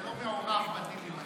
אתה לא מעורב בדילים האלה.